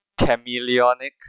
chameleonic